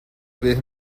vez